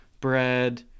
bread